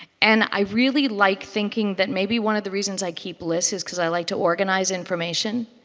and i really like thinking that maybe one of the reasons i keep lists is because i like to organize information.